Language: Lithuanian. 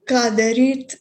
ką daryt